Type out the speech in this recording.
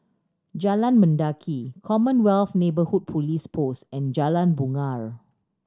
Jalan Mendaki Commonwealth Neighbourhood Police Post and Jalan Bungar